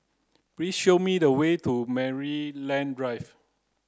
please show me the way to Maryland Drive